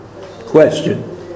Question